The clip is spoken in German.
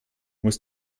muss